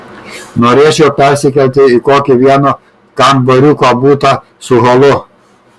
norėčiau persikelti į kokį vieno kambariuko butą su holu